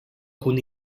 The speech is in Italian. con